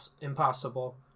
Impossible